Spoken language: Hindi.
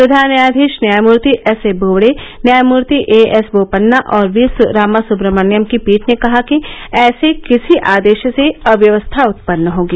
प्रधान न्यायाधीश न्यायनूर्ति एस ए बोबडे न्यायामूर्ति एएस बोपन्ना और वी रामासुब्रह्मण्यम की पीठ ने कहा कि ऐसे किसी आदेश से अव्यवस्था उत्पन्न होगी